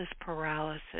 paralysis